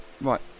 Right